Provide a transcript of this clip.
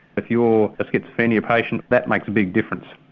if you're a schizophrenia patient, that makes a big difference.